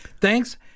Thanks